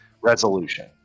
resolution